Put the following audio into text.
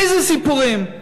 איזה סיפורים?